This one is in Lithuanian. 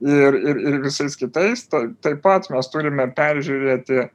ir ir ir visais kitais ta taip pat mes turime peržiūrėti